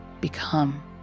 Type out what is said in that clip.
become